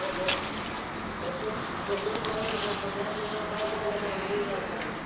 हो त त कोई पैसनि जी ॻाल्हि न आहे भले पंदरहां सौ जी जॻहि ॿ हज़ार लॻनि हुनजी ॻाल्हि कान्हे